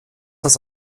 das